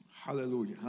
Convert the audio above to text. Hallelujah